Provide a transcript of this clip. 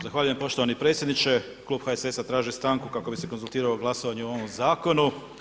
Zahvaljujem poštovani predsjedniče, Klub HSS-a traži stanku kako bi se konzultirao o glasovanju o ovom zakonu.